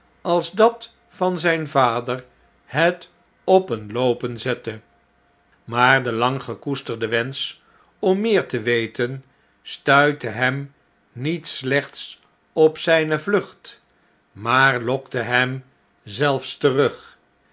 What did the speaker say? als dat van zgn vader het op een loopen zette maar de lang gekoesterde wensch om meer te weten stuitte hem niet slechts op zn'ne vlucht maar lokte hem zelfs terug